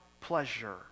pleasure